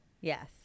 Yes